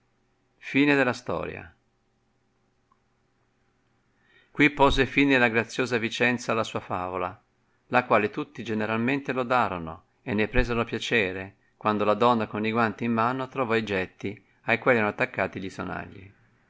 fecelo notrire qui pose fine la graziosa vicenza alla sua favola la quale tutti generalmente lodorono e ne presero piacere quando la donna con i guanti in mano trovò i getti ai quali erano attaccati gli sonagli